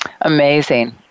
Amazing